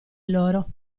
loro